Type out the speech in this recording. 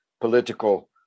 political